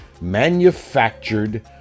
manufactured